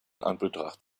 anbetracht